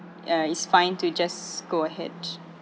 uh it's fine to just go ahead